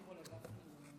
יפעת,